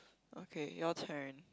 okay your turn